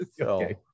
Okay